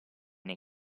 nei